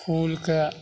फूलके